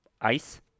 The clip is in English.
ice